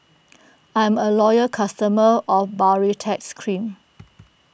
I'm a loyal customer of Baritex Cream